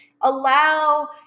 allow